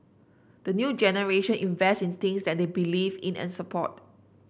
the new generation invests in things that they believe in and support